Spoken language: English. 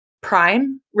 prime